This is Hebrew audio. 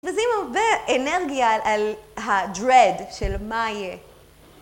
מבזבזים הרבה אנרגיה על ה"דרד" של מה יהיה.